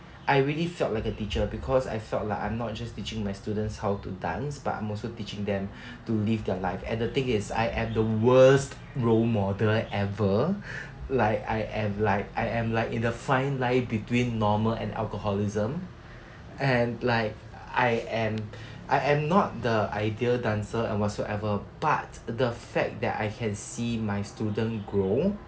I really felt like a teacher because I felt like I'm not just teaching my students how to dance but I'm also teaching them to live their life and the thing is I am the worst role model ever like I am like I am like in the fine line between normal and alcoholism and like I am I am not the ideal dancer and whatsoever but the fact that I can see my student grow